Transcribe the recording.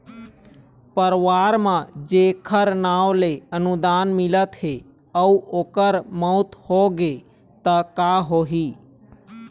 परवार म जेखर नांव ले अनुदान मिलत हे अउ ओखर मउत होगे त का होही?